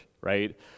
right